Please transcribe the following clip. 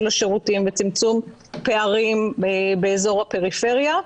השירותים וצמצום פערים באזור הפריפריה,